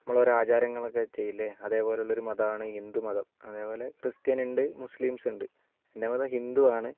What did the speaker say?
നമ്മൾ ഓരോ ആചാരങ്ങൾ ഒക്കെ ചെയ്യില്ലേ അതേപോലെയുള്ള ഒരു മതമാണ് ഹിന്ദു മതം അതേപോലെ ക്രിസ്ത്യൻ ഉണ്ട് മുസ്ലിംസ് ഉണ്ട് എൻ്റെ മതം ഹിന്ദുവാണ്